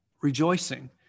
rejoicing